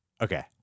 okay